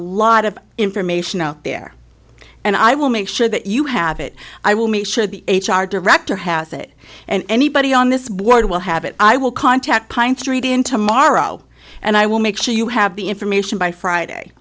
lot of information out there and i will make sure that you have it i will make sure the h r director has it and anybody on this board will have it i will contact kind street in tomorrow and i will make sure you have the information by friday